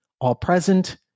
all-present